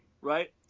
right